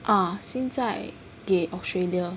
ah 现在给 Australia